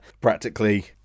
practically